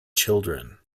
children